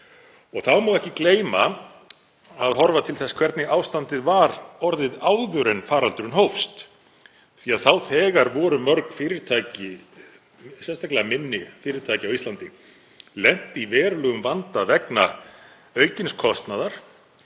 Þá má ekki gleyma að horfa til þess hvernig ástandið var orðið áður en faraldurinn hófst, því að þá þegar voru mörg fyrirtæki, sérstaklega minni fyrirtæki á Íslandi, lent í verulegum vanda vegna aukins kostnaðar